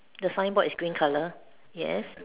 the signboard is green colour yes